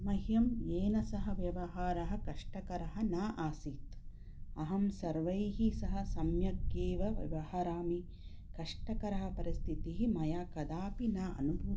मह्यं येन सह व्यवहारः कष्टकरः न आसीत् अहं सर्वैः सह सम्यक्केव व्यवहरामि कष्टकरः परिस्थितिः मया कदापि न अनुभूतः